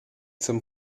zum